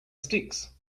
sticks